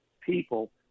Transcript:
people